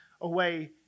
away